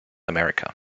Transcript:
america